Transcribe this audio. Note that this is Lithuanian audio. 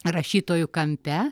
rašytojų kampe